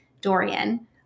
Dorian